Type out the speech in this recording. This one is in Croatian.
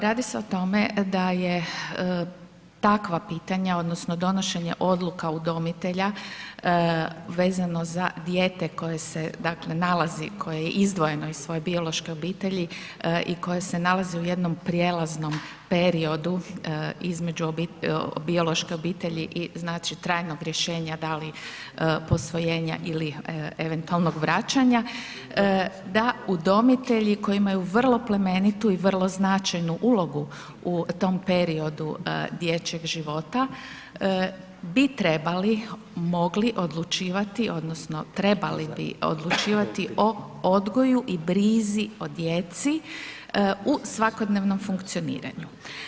Radi se o tome da je takva pitanja odnosno donošenje odluka udomitelja vezano za dijete koje se, dakle, nalazi, koje je izdvojeno iz svoje biološke obitelji i koje se nalazi u jednom prijelaznom periodu između biološke obitelji i trajnog rješenja, da li posvojenja ili eventualnog vraćanja, da udomitelji koji imaju vrlo plemenitu i vrlo značajnu ulogu u tom periodu dječjeg života bi trebali, mogli odlučivati odnosno trebali bi odlučivati o odgoju i brizi o djecu u svakodnevnom funkcioniranju.